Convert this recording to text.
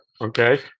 okay